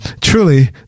truly